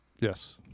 Yes